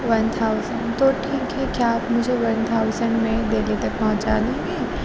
one thousand تو ٹھیک ہے کیا آپ مجھے ون تھاوزن میں دہلی تک پہنچا دیں گے